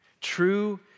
True